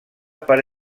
per